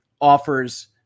offers